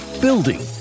building